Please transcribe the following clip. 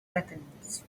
weapons